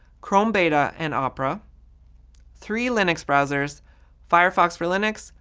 chrome beta, and opera three linux browsers firefox for linux,